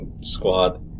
squad